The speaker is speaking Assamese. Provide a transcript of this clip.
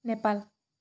নেপাল